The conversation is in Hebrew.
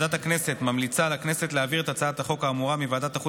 להעביר את הצעת חוק מניעת פגיעת גוף